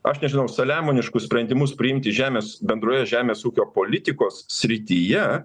aš nežinau saliamoniškus sprendimus priimti žemės bendroje žemės ūkio politikos srityje